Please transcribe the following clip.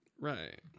Right